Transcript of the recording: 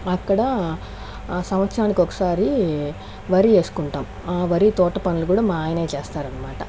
అక్కడ ఆ సంవత్సరానికి ఒకసారి వరి వేసుకుంటాము ఆ వరి తోట పనులు కూడా మా ఆయనే చేస్తారనమాట